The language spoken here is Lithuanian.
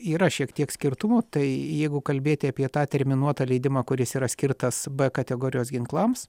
yra šiek tiek skirtumų tai jeigu kalbėti apie tą terminuotą leidimą kuris yra skirtas b kategorijos ginklams